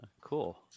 Cool